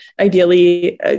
ideally